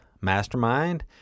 mastermind